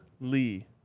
Lee